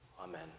Amen